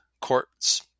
courts